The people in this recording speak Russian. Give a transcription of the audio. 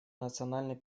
национальной